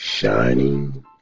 shining